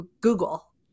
Google